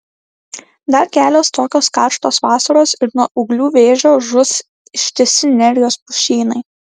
dar kelios tokios karštos vasaros ir nuo ūglių vėžio žus ištisi nerijos pušynai